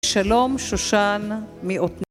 שלום, שושן, מ..